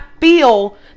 feel